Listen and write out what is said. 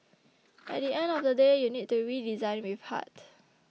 at the end of the day you need to redesign with heart